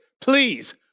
please